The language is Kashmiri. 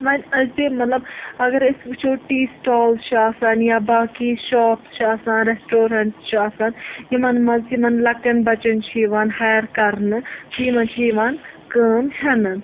وۅنۍ أزی زِ مطلب اَگر ٲسۍ وُچھو ٹی سِٹال چھِ آسان یا باقٕے شاپَس چھِ آسان ریسٹورؠنٹس چھِ آسان یِمَن منٛز یِمَن لۅکٹؠن بَچن چھِ یِوان ہایَِر کَرنہٕ تہٕ یِمَن چھِ یِوان کٲم ہؠنہٕ